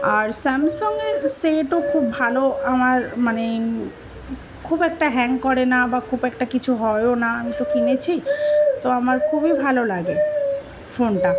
আর স্যামসংয়ে সেটও খুব ভালো আমার মানে খুব একটা হ্যাং করে না বা খুব একটা কিছু হয়ও না আমি তো কিনেছি তো আমার খুবই ভালো লাগে ফোনটা